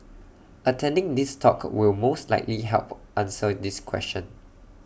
attending this talk will most likely help answer this question